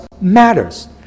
matters